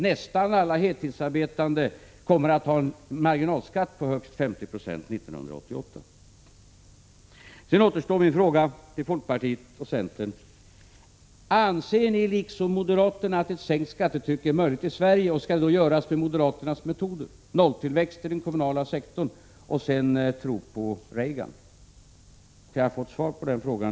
Nästan alla heltidsarbetande kommer att ha en marginalskatt på högst 50 96 år 1988. Så återstår min fråga till folkpartiet och centern: Anser ni liksom moderaterna att ett sänkt skattetryck är möjligt i Sverige, och skall det genomföras med moderaternas metoder — nolltillväxt i den kommunala sektorn och sedan tro på Reagan? Kan jag få ett svar på den frågan?